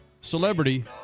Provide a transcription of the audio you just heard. celebrity